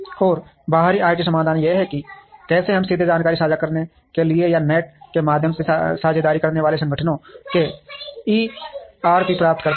और बाहरी आईटी समाधान यह है कि कैसे हम सीधे जानकारी साझा करने के लिए या नेट के माध्यम से साझेदारी करने वाले संगठनों के ईआरपी प्राप्त करते हैं